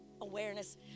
awareness